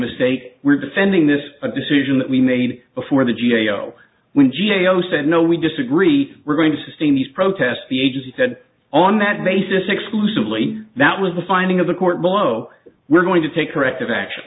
mistake we're defending this a decision that we made before the g a o when g a o said no we disagree we're going to sustain these protests the agency said on that basis exclusively that was the finding of the court low we're going to take corrective action